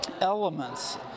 elements